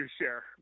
share